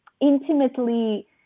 intimately